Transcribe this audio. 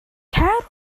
cer